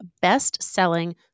best-selling